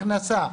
הכנסה,